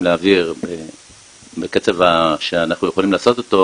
להעביר בקצב שאנחנו יכולים לעשות אותו